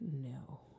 no